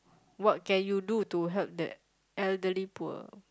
what can you do to help the elderly poor